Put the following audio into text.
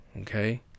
Okay